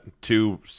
two